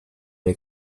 wir